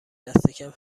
دستکم